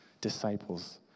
disciples